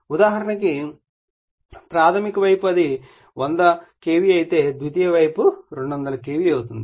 ఉదాహరణకు ప్రాధమిక వైపు అది 100 KV అయితే ద్వితీయ వైపు 200 KV అవుతుంది